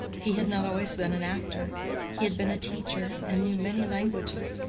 he had not always been an actor he had been a teacher, and knew many languages.